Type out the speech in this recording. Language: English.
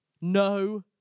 no